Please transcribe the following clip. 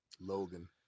Logan